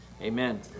Amen